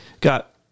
got